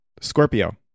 Scorpio